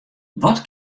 wat